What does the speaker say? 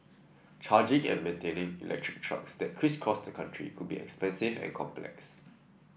charging and maintaining electric trucks that crisscross the country could be expensive and complex